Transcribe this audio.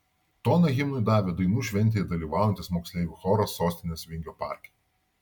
toną himnui davė dainų šventėje dalyvaujantis moksleivių choras sostinės vingio parke